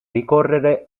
ricorrere